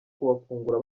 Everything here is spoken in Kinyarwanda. kubafungura